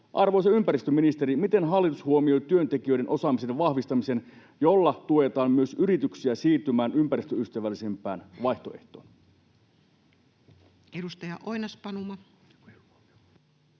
Arvoisa ympäristöministeri: miten hallitus huomioi työntekijöiden osaamisen vahvistamisen, jolla tuetaan myös yrityksiä siirtymään ympäristöystävällisempään vaihtoehtoon?